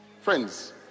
friends